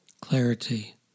clarity